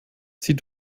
sie